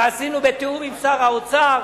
ועשינו בתיאום עם שר האוצר,